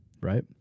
right